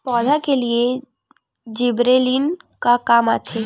पौधा के लिए जिबरेलीन का काम आथे?